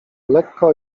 lekko